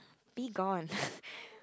be gone